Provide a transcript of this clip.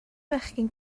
fechgyn